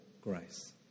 grace